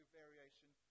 variation